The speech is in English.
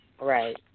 Right